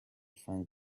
find